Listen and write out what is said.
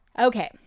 Okay